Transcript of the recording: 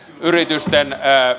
yritysten